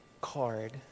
card